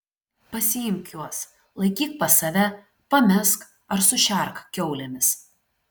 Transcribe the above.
pasiimk juos laikyk pas save pamesk ar sušerk kiaulėmis